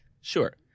Sure